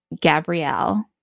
Gabrielle